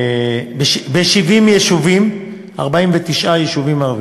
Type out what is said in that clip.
ב-70 יישובים, 49 יישובים ערביים,